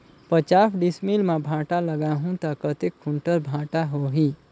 पचास डिसमिल मां भांटा लगाहूं ता कतेक कुंटल भांटा होही?